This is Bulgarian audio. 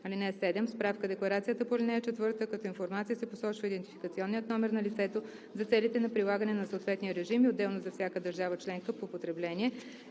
4. (7) В справка-декларацията по ал. 4 като информация се посочва идентификационният номер на лицето за целите на прилагане на съответния режим и отделно за всяка държава членка по потребление